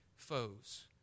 foes